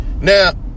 now